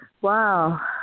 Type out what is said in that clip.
Wow